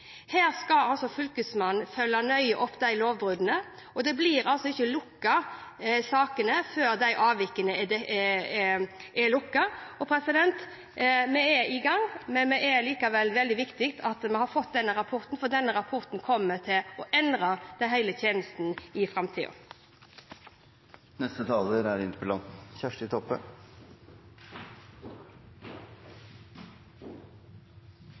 Fylkesmannen skal følge nøye opp disse lovbruddene. Sakene blir ikke lukket før eventuelle avvik er konstatert. Vi er i gang. Det er likevel veldig viktig at vi har fått denne rapporten, for den kommer til å endre hele tjenesten i framtida. Det er bra at statsråden offentleg seier unnskyld til «Ida», og det er bra at saka og granskingsrapporten har ført til at departementa har snakka saman, og